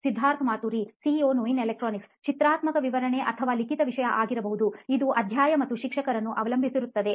Siddharth Maturi CEO ನೋಯಿನ್ electronics ಚಿತ್ರಾತ್ಮಕ ವಿವರಣೆ ಅಥವಾ ಲಿಖಿತ ವಿಷಯ ಆಗಿರಬಹುದು ಇದು ಅಧ್ಯಾಯ ಅಥವಾ ಶಿಕ್ಷಕರನ್ನು ಅವಲಂಬಿಸಿರುತ್ತದೆ